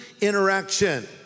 interaction